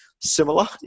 similar